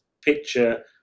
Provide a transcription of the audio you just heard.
picture